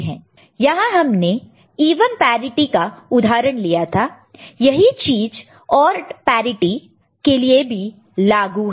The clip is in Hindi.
यहां हमने इवन पैरिटि का उदाहरण लिया था यही चीज ऑड पैरिटि के लिए भी लागू है